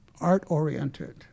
art-oriented